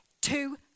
two